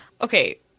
Okay